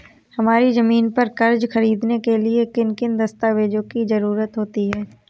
हमारी ज़मीन पर कर्ज ख़रीदने के लिए किन किन दस्तावेजों की जरूरत होती है?